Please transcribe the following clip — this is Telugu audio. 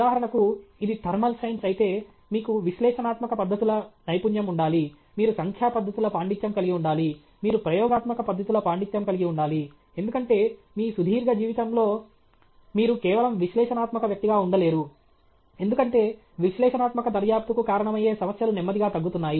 ఉదాహరణకు ఇది థర్మల్ సైన్స్ అయితే మీకు విశ్లేషణాత్మక పద్ధతుల నైపుణ్యం ఉండాలి మీరు సంఖ్యా పద్ధతుల పాండిత్యం కలిగి ఉండాలి మీరు ప్రయోగాత్మక పద్ధతుల పాండిత్యం కలిగి ఉండాలి ఎందుకంటే మీ సుదీర్ఘ జీవితంలో మీరు కేవలం విశ్లేషణాత్మక వ్యక్తిగా ఉండలేరు ఎందుకంటే విశ్లేషణాత్మక దర్యాప్తుకు కారణమయ్యే సమస్యలు నెమ్మదిగా తగ్గుతున్నాయి